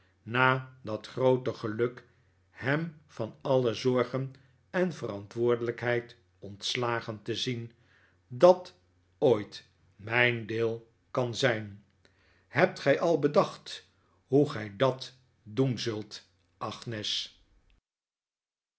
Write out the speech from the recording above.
na dat groote geluk hem van alle zorgen en verantwoordelijkheid ontslagen te zien dat ooit mijn deel kan zijn hebt gij al bedacht hoe gij dat doen zult